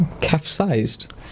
Capsized